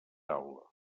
taula